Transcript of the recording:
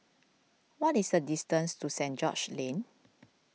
what is the distance to Saint George's Lane